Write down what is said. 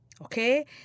okay